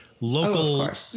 local